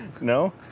No